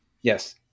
Yes